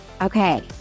okay